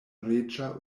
reĝa